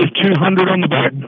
ah two hundred on the boat?